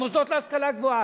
במוסדות להשכלה גבוהה.